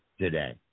today